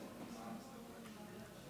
שלושה מתנגדים,